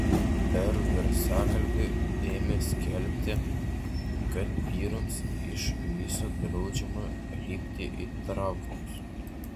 per garsiakalbį ėmė skelbti kad vyrams iš viso draudžiama lipti į traukinius